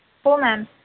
हो मॅम